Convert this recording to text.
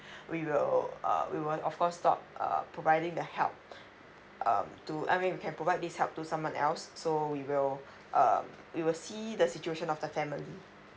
we will uh we will of course stop uh providing the help um to I mean we can provide this help to someone else so we will err we will see the situation of the family